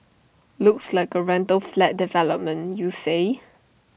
looks like A rental flat development you say